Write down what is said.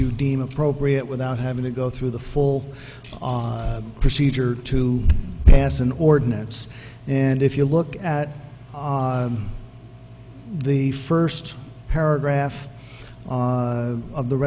you deem appropriate without having to go through the full procedure to pass an ordinance and if you look at the first paragraph of the